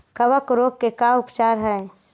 कबक रोग के का उपचार है?